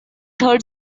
three